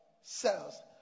cells